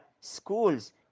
schools